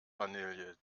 vanille